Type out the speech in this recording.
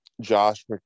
josh